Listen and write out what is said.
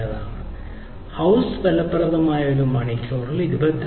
ഹൌസ്ലെ ഫലപ്രദമായ ഒരു മണിക്കൂറിന് 22